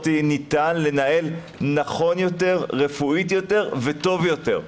ניתן נכון יותר רפואית יותר וטוב יותר.